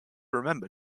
remember